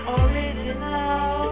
original